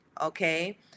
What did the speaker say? okay